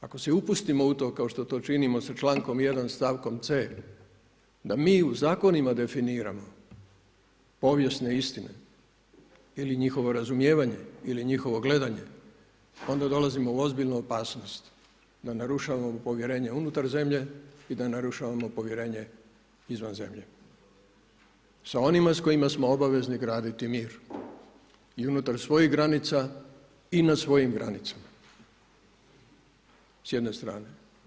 Ako se i upustimo u to kao što to činimo sa člankom 1., stavkom c da mi u zakonima definiramo povijesne istine ili njihovo razumijevanje ili njihovo gledanje, onda dolazimo u ozbiljnu opasnost da narušavamo povjerenje unutar zemlje i da narušavamo povjerenje izvan zemlje sa onima s kojima smo obavezni graditi mir i unutar svojih granica i na svojim granicama s jedne strane.